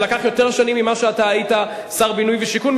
זה לקח יותר שנים ממה שאתה היית שר בינוי ושיכון,